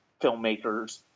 filmmakers